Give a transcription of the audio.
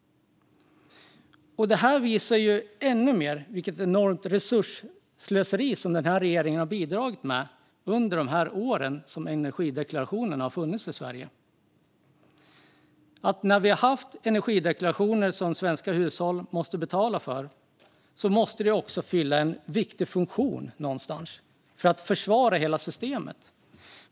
Detta visar ännu mer vilket enormt resursslöseri som den här regeringen har bidragit med under de år som energideklarationerna har funnits i Sverige. Om vi ska ha energideklarationer som svenska hushåll måste betala för måste de också fylla en viktig funktion någonstans, om man ska försvara hela systemet.